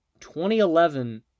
2011